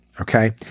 Okay